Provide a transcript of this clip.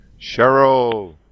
Cheryl